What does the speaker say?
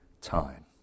time